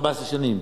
14 שנים.